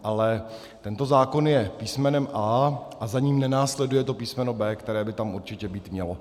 Ale tento zákon je písmenem A a za ním nenásleduje to písmeno B, které by tam určitě být mělo.